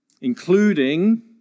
including